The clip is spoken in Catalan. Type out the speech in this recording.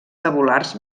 tabulars